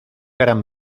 gran